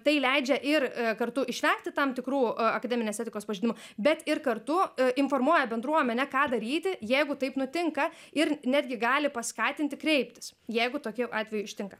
tai leidžia ir kartu išvengti tam tikrų akademinės etikos pažeidimų bet ir kartu informuoja bendruomenę ką daryti jeigu taip nutinka ir netgi gali paskatinti kreiptis jeigu tokių atvejų ištinka